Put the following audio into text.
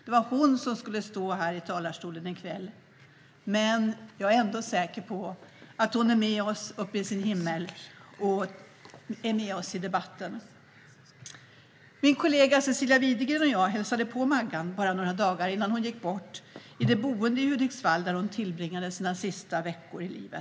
Det var hon som skulle stå här i talarstolen i kväll, men jag är säker på att hon är med oss uppe i sin himmel och är med oss i debatten. Bara några dagar innan Maggan gick bort hälsade min kollega Cecilia Widegren och jag på henne i det boende i Hudiksvall där hon tillbringade sina sista veckor i livet.